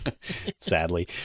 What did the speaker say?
Sadly